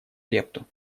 лепту